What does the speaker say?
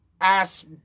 ass